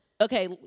Okay